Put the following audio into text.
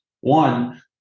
one